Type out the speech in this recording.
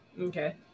Okay